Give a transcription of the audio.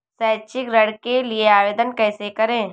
शैक्षिक ऋण के लिए आवेदन कैसे करें?